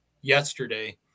yesterday